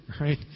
right